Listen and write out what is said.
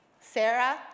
Sarah